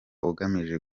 ugamije